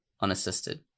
unassisted